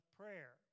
prayer